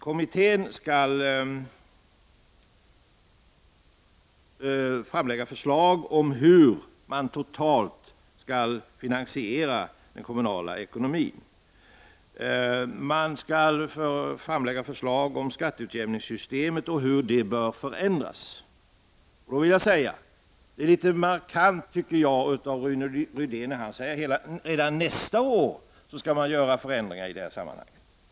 Kommittén skall framlägga förslag om hur man totalt skall finansiera den kommunala ekonomin. Den skall framlägga förslag om skatteutjämningssystemet och hur det bör förändras. Det är ganska markant att Rune Rydén säger att man redan nästa år skall göra förändringar i det sammanhanget.